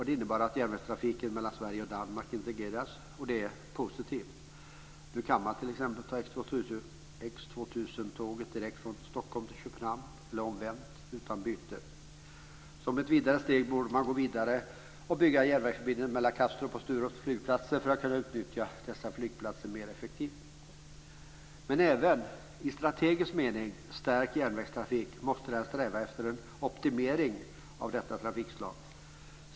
Det innebar att järnvägstrafiken mellan Sverige och Danmark integrerades och det är positivt. Nu kan man t.ex. ta X 2000-tåget från Stockholm direkt till Köpenhamn, eller omvänt, utan byte. Som ett nästa steg borde man gå vidare och bygga en järnvägsförbindelse mellan Kastrups och Sturups flygplatser för att kunna utnyttja dessa flygplatser mer effektivt. Även när det gäller en i strategisk mening stärkt järnvägstrafik är det nödvändigt att sträva efter en optimering av detta trafikslag.